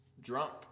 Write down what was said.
drunk